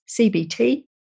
CBT